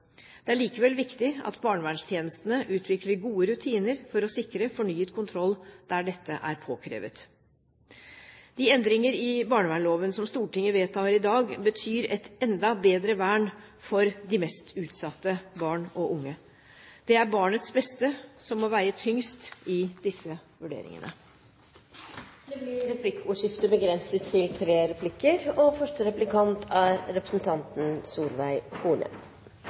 Det er likevel viktig at barnevernstjenestene utvikler gode rutiner for å sikre fornyet kontroll der dette er påkrevet. De endringer i barnevernsloven som Stortinget vedtar i dag, betyr et enda bedre vern for de mest utsatte barn og unge. Det er barnets beste som må veie tyngst i disse vurderingene. Det blir replikkordskifte. Det er viktig å påpeke at det ikke er en menneskerett å få lov til